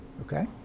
Okay